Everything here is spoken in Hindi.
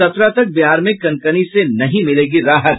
सत्रह तक बिहार में कनकनी से नहीं मिलेगी राहत